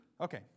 Okay